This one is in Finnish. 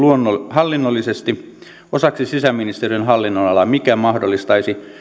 hallinnollisesti osaksi sisäministeriön hallinnonalaa mikä mahdollistaisi